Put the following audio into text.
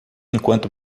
enquanto